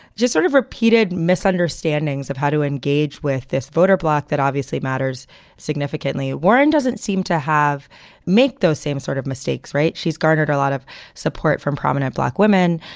just sort of repeated misunderstandings of how to engage with this voter bloc. that obviously matters significantly. warren doesn't seem to have make those same sort of mistakes right. she's garnered a lot of support from prominent black women,